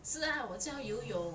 是 ah 我教游泳